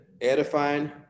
edifying